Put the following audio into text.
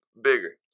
bigger